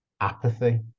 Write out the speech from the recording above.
apathy